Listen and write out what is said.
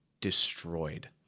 destroyed